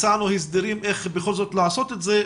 הצענו הסדרים איך בכל זאת לעשות את זה,